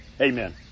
Amen